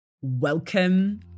welcome